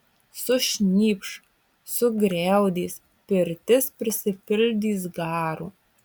sušnypš sugriaudės pirtis prisipildys garo